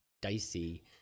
dicey